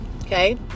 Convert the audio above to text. Okay